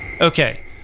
Okay